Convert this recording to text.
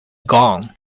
gone